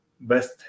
best